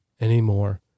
anymore